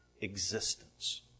existence